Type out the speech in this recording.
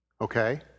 Okay